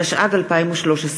התשע"ג 2013,